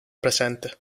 presente